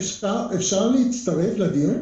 אפשר להצטרף לדיון?